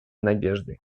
надежды